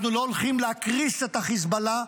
אנחנו לא הולכים להקריס את החיזבאללה.